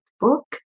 book